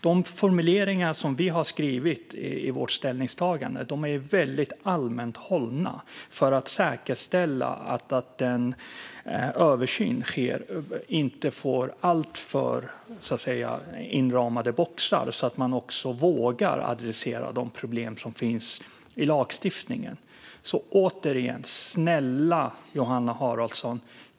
De formuleringar som vi har skrivit i vårt ställningstagande är väldigt allmänt hållna för att säkerställa att den översyn som sker inte får alltför så att säga inramade boxar så att man också vågar adressera de problem som finns i lagstiftningen. Återigen: Snälla Johanna Haraldsson!